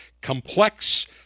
Complex